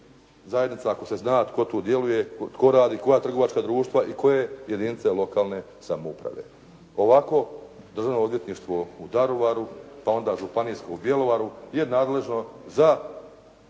zajednica, ako se zna tko tu djeluje, tko radi, koja trgovačka društva i koje jedinice lokalne samouprave. Ovako Državno odvjetništvo u Daruvaru pa onda županijsko u Bjelovaru je nadležno za